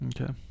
Okay